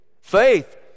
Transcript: Faith